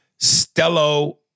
Stello